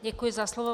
Děkuji za slovo.